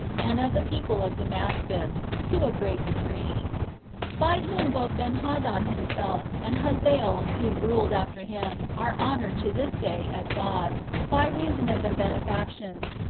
and of the people of damascus, to a great degree by whom both benhadad himself, and hazael, who ruled after him, are honored to this day as gods, by reason of their benefactions,